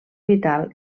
vital